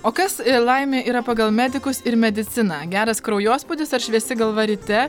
o kas laimė yra pagal medikus ir mediciną geras kraujospūdis ar šviesi galva ryte